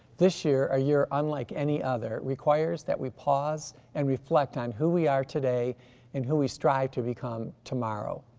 this year a year unlike any other requires that we pause and reflect on who we are today and who we strive to become tomorrow.